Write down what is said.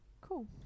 Cool